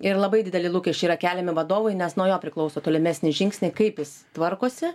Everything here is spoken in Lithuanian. ir labai dideli lūkesčiai yra keliami vadovui nes nuo jo priklauso tolimesni žingsniai kaip jis tvarkosi